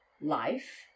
life